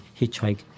hitchhike